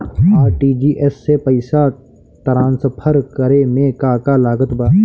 RTGS से पईसा transfer करे मे का का लागत बा?